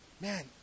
man